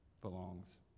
belongs